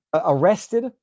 arrested